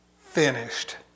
finished